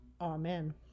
Amen